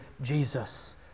Jesus